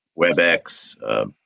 WebEx